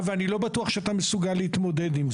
אני רוצה לציין שדובר על זה שבהר המנוחות יוקצה שטח.